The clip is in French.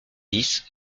dix